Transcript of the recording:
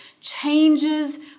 changes